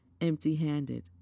empty-handed